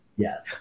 Yes